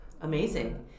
Amazing